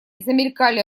замелькали